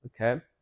Okay